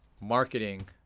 marketing